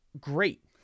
great